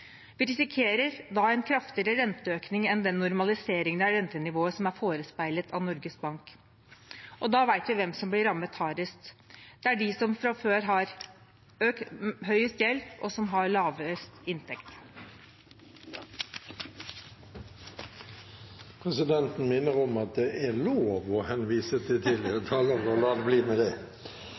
Vi risikerer da en kraftigere renteøkning enn den normaliseringen av rentenivået som er forespeilet av Norges Bank. Da vet vi hvem som blir rammet hardest. Det er de som fra før har høyest gjeld og lavest inntekt. Presidenten minner om at det er lov til å henvise til tidligere talere og la det bli med det!